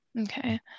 Okay